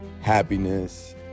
happiness